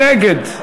מי נגד?